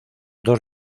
dos